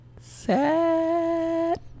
Set